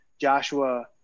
Joshua